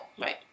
Right